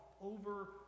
over